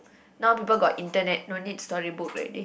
now people got Internet no need story book already